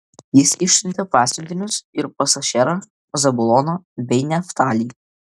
jis išsiuntė pasiuntinius ir pas ašerą zabuloną bei neftalį